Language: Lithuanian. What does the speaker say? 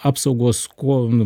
apsaugos kuom